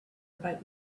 about